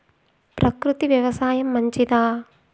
ప్రకృతి వ్యవసాయం మంచిదా?